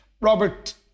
Robert